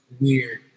weird